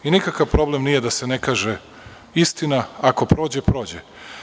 Nikakav problem nije da se ne kaže istina, ako prođe prođe.